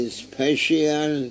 special